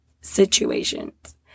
situations